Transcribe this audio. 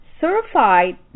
certified